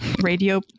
radio